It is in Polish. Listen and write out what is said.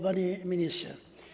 Panie Ministrze!